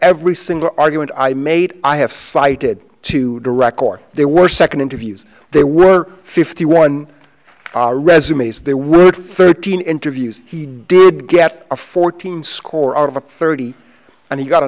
every single argument i made i have cited to direct court they were second interviews they were fifty one resumes they would thirteen interviews he did get a fourteen score out of a thirty and he got a